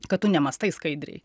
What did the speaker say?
kad tu nemąstai skaidriai